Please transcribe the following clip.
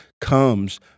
comes